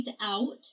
out